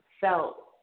felt